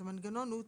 אז המנגנון הוא,